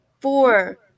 four